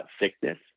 sickness